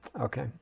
Okay